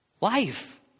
life